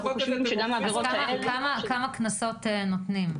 כמה קנסות נותנים?